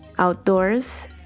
Outdoors